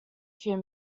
few